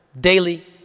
daily